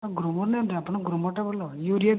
ଗ୍ରୁମର ନିଅନ୍ତୁ ଆପଣ ଗ୍ରୁମର ଗ୍ରୁମରଟା ଭଲ ୟୁରିଆଟା